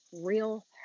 real